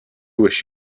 wish